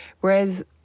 Whereas